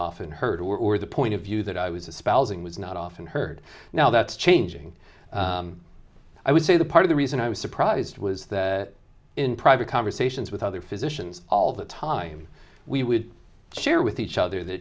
often heard or the point of view that i was a spouse was not often heard now that's changing i would say that part of the reason i was surprised was that in private conversations with other physicians all the time we would share with each other that